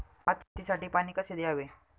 भात शेतीसाठी पाणी कसे द्यावे?